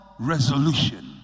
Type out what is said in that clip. resolution